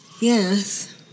Yes